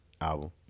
album